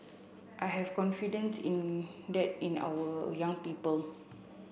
I have confidence in that in our young people